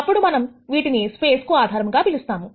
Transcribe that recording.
అప్పుడు మనం వీటిని స్పేస్ కు ఆధారంగా పిలుస్తాము